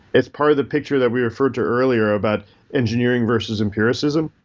it's part of the picture that we referred to earlier about engineering versus empiricism.